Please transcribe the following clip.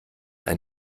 ein